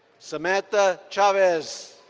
samantha chavez.